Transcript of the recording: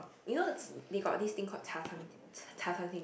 you know t~ they got this thing called 茶餐厅